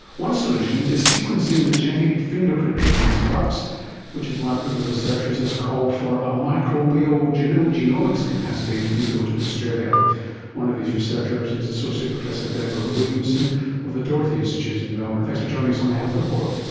one solution is sequencing the genetic fingerprint of these bugs which is why a group of researchers has called for a microbial genomics capacity to be built in australia. um one of these researchers is associate professor deborah williamson of the doherty institute in melbourne. thanks for joining us on the health report.